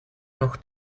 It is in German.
noch